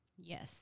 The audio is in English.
Yes